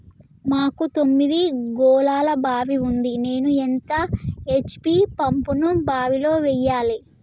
మాకు తొమ్మిది గోళాల బావి ఉంది నేను ఎంత హెచ్.పి పంపును బావిలో వెయ్యాలే?